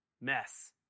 mess